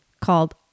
called